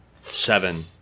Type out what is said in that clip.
seven